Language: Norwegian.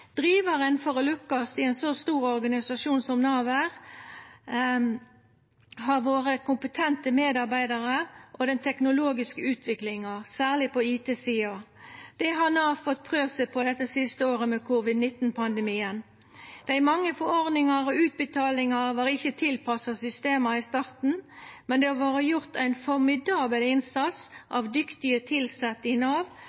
Drivaren for å lukkast i ein så stor organisasjon som Nav er, har vore kompetente medarbeidarar og den teknologiske utviklinga, særleg på IT-sida. Det har Nav fått prøvd seg på dette siste året, med covid-19-pandemien. Dei mange forordningar og utbetalingar var ikkje tilpassa systema i starten, men det har vore gjort ein formidabel innsats av dyktige tilsette i Nav